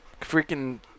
freaking